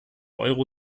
euro